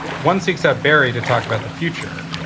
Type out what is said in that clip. one seeks out barry to talk about the future,